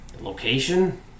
Location